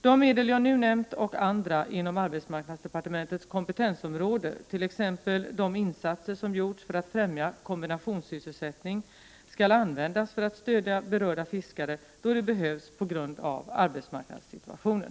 De medel jag nu nämnt och andra inom arbetsmarknadsdepartementets kompetensområde, t.ex. de insatser som gjorts för att främja kombinationssysselsättning, skall användas för att stödja berörda fiskare då det behövs på grund av arbetsmarknadssituationen.